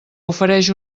ofereix